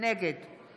נגד